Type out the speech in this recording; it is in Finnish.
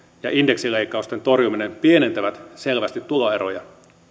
ja indeksileikkausten torjuminen pienentävät selvästi tuloeroja